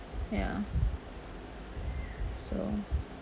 ya so